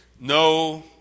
no